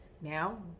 Now